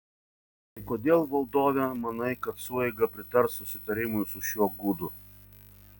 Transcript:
tai kodėl valdove manai kad sueiga pritars susitarimui su šiuo gudu